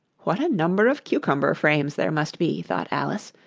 what a number of cucumber-frames there must be thought alice.